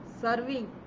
serving